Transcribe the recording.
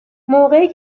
موقعی